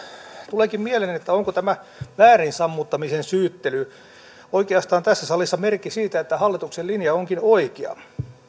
tuleekin mieleen että onko tämä väärin sammuttamisen syyttely oikeastaan tässä salissa merkki siitä että hallituksen linja onkin oikea